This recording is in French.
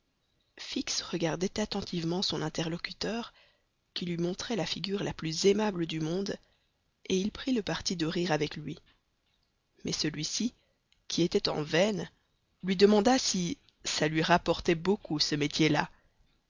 fix regardait attentivement son interlocuteur qui lui montrait la figure la plus aimable du monde et il prit le parti de rire avec lui mais celui-ci qui était en veine lui demanda si ça lui rapportait beaucoup ce métier-là